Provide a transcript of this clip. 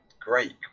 great